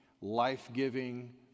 life-giving